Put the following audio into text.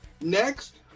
Next